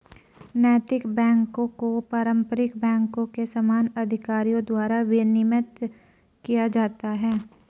नैतिक बैकों को पारंपरिक बैंकों के समान अधिकारियों द्वारा विनियमित किया जाता है